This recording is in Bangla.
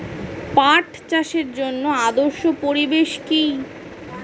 পাট চাষের জন্য আদর্শ পরিবেশ কি?